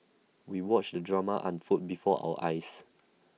we watched the drama unfold before our eyes